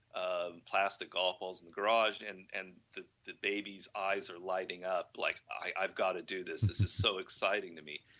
um plastic golf balls in garage and and the the babies eyes are lighting up like i have got to do this, this is so exciting to me.